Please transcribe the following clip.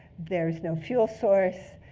there's no fuel source.